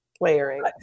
layering